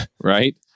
Right